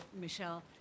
Michelle